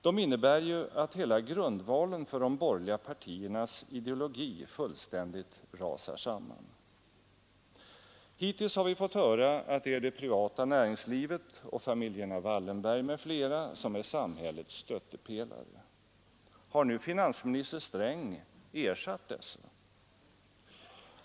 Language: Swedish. De innebär ju att hela grundvalen för de borgerliga partiernas ideologi fullständigt rasar samman. Hittills har vi fått höra att det är det privata näringslivet och familjerna Wallenberg m.fl. som är samhällets stöttepelare. Har nu finansminister Sträng ersatt dessa?